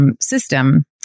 system